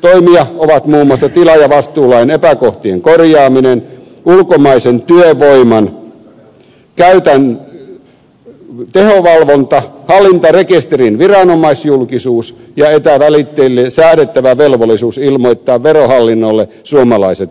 toimia ovat muun muassa tilaajavastuulain epäkohtien korjaaminen ulkomaisen työvoiman käytön tehovalvonta hallintarekisterin viranomaisjulkisuus ja etävälittäjille säädettävä velvollisuus ilmoittaa verohallinnolle suomalaiset asiakkaansa